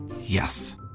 Yes